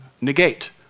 negate